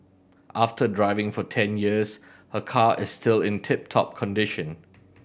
after driving for ten years her car is still in tip top condition